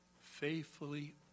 faithfully